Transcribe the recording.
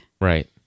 Right